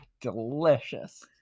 delicious